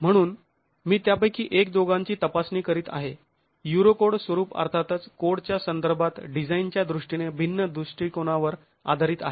म्हणून मी त्यापैकी एक दोघांची तपासणी करीत आहे युरोकोड स्वरूप अर्थातच कोडच्या संदर्भात डिझाईनच्या दृष्टीने भिन्न दृष्टिकोनावर आधारित आहे